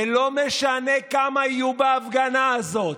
ולא משנה כמה יהיו בהפגנה הזאת.